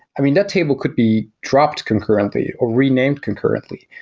i mean, that table could be dropped concurrently, or renamed concurrently,